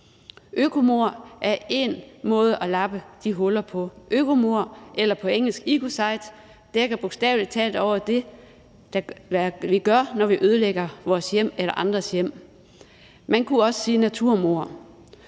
økomord er én måde at lappe de huller på. Økomord – eller på engelsk ecocide – dækker bogstavelig talt over det, vi gør, når vi ødelægger vores hjem eller andres hjem, man kunne også sige naturmord,